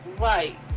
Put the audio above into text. Right